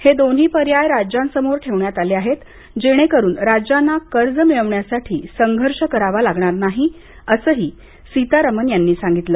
हे दोन्ही पर्याय राज्यांसमोर ठेवण्यात आले आहेत जेणेकरून राज्यांना कर्ज मिळवण्यासाठी संघर्ष करावा लागणार नाही असंही सीतारामन यांनी सांगितलं